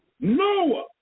Noah